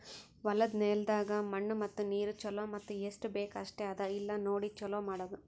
ಹೊಲದ ನೆಲದಾಗ್ ಮಣ್ಣು ಮತ್ತ ನೀರು ಛಲೋ ಮತ್ತ ಎಸ್ಟು ಬೇಕ್ ಅಷ್ಟೆ ಅದಾ ಇಲ್ಲಾ ನೋಡಿ ಛಲೋ ಮಾಡದು